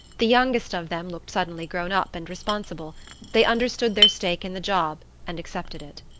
the youngest of them looked suddenly grown up and responsible they understood their stake in the job, and accepted it.